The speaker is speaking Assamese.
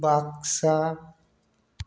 বাক্সা